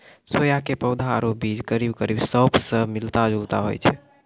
सोया के पौधा आरो बीज करीब करीब सौंफ स मिलता जुलता होय छै